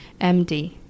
MD